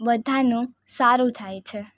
બધાનું સારું થાય છે